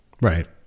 Right